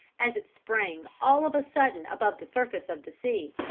as it sprang all of a sudden above the surface of the sea.